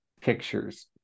pictures